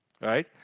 right